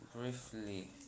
briefly